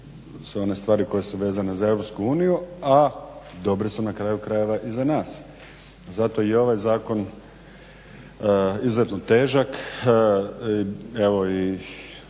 sve one stvari koje su vezane za EU, a dobre su na kraju krajeva i za nas. Zato je i ovaj zakon izuzetno težak. Evo da